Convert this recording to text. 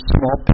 Small